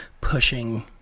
pushing